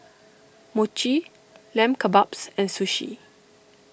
Mochi Lamb Kebabs and Sushi